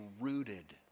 rooted